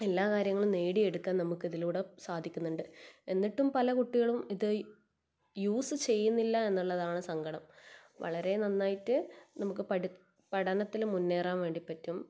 എല്ലാ കാര്യങ്ങളും നേടിയെടുക്കാൻ നമുക്കിതിലൂടെ സാധിക്കുന്നുണ്ട് എന്നിട്ടും പല കുട്ടികളും ഇത് യൂസ് ചെയ്യുന്നില്ല എന്നുള്ളതാണ് സങ്കടം വളരെ നന്നായിട്ട് നമുക്ക് പഠനത്തിൽ മുന്നേറാൻ വേണ്ടി പറ്റും